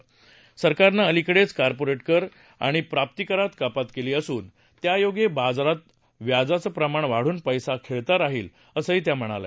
केंद्रसरकारनं अलीकडेच कॉर्पोरेट कर आणि प्राप्तीकरात कपात केली असून त्यायोगे बाजारात व्ययाचं प्रमाण वाढून पैसा खेळता राहील असं त्या म्हणाल्या